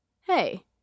Hey